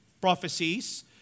prophecies